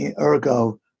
ergo